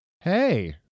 Hey